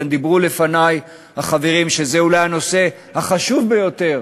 כאן דיברו לפני החברים שזה אולי הנושא החשוב ביותר